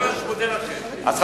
אז,